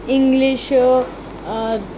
English